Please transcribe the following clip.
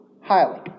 highly